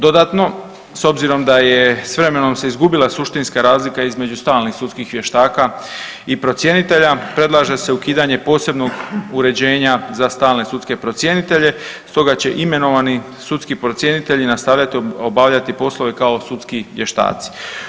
Dodatno, s obzirom da je s vremenom se izgubila suštinska razlika između stalnih Sudskih vještaka i procjenitelja, predlaže se ukidanje posebnog uređenja za stalne sudske procjenitelje, stoga će imenovani Sudski procjenitelji nastavljati obavljati poslove kao Sudski vještaci.